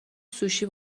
سوشی